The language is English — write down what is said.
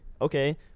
okay